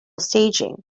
staging